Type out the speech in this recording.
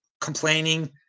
complaining